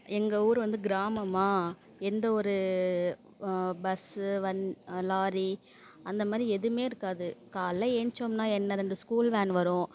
எங்கள் ஊர் வந்து கிராமமாக எந்த ஒரு பஸ்ஸு வண் லாரி அந்தமாதிரி எதுவுமே இருக்காது காலையில் ஏழுந்திச்சோம்ன்னா என்ன ரெண்டு ஸ்கூல் வேன் வரும்